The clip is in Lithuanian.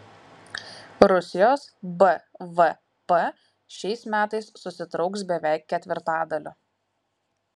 rusijos bvp šiais metais susitrauks beveik ketvirtadaliu